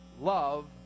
love